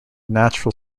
natural